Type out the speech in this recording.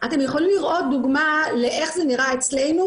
יכולים לראות דוגמא לאיך זה נראה אצלנו,